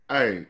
Hey